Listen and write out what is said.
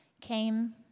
came